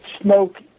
smoke